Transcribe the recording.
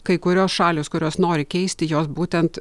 kai kurios šalys kurios nori keisti jos būtent